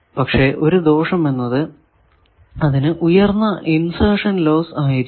പക്ഷെ ഒരു ദോഷം എന്നത് അതിനു ഉയർന്ന ഇൻസെർഷൻ ലോസ് ആയിരിക്കും